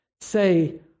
say